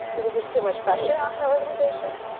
is it just too much pressure on the organization?